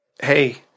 Hey